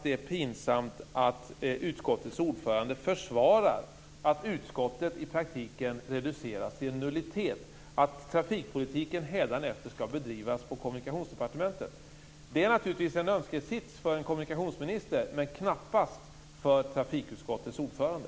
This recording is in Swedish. Det är pinsamt att utskottets ordförande försvarar att utskottet i praktiken reduceras till en nullitet, att trafikpolitiken hädanefter skall bedrivas på Kommunikationsdepartementet. Det är naturligtvis en önskesits för en kommunikationsminister men knappast för trafikutskottets ordförande.